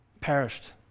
perished